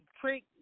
trick